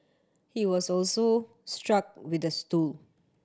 he was also struck with a stool